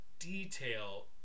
detail